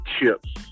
chips